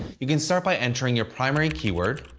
you can start by entering your primary keyword.